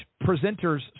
presenter's